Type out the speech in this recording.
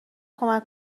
کمک